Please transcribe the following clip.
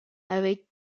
avec